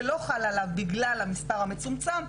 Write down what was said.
שלא חל עליו בגלל המספר המצומצם,